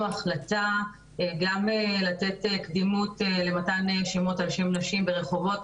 החלטה גם לתת קדימות למתן שמות על שם נשים ברחובות,